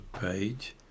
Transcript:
page